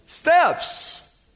steps